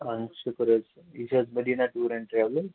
اَہَن حظ شُکُر حظ یہِ چھِ حظ مدیٖنہ ٹوٗر ایٚنٛڈ ٹرولٕز